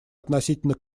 относительно